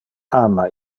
ama